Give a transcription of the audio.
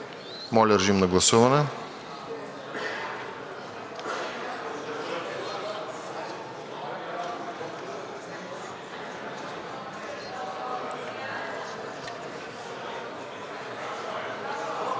Моля, режим на гласуване.